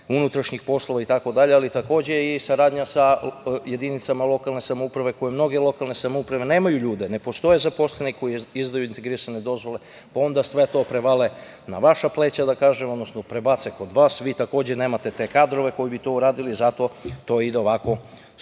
unutrašnjih poslova itd, ali takođe i saradnja sa jedinicama lokalne samouprave, koje mnoge lokalne samouprave nemaju ljude, ne postoje zaposleni koji izdaju integrisane dozvole, pa onda sve to prevale na vaša pleća, da kažem, odnosno prebace na vas, vi takođe nemate te kadrove koji bi to uradili, zato to ide ovako sporo.